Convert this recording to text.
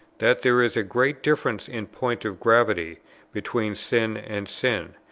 that there is a great difference in point of gravity between sin and sin,